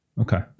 Okay